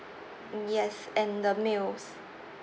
mm yes and the meals